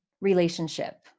relationship